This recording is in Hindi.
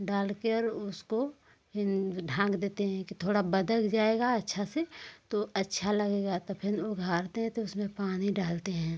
डाल के और उसको फिर ढांक देते हैं कि थोड़ा बदल जाएगा अच्छा से तो अच्छा लगेगा तो फिर हैं तो उसमें पानी डालते हैं